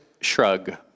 shrug